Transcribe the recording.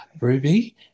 Ruby